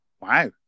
Wow